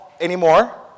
anymore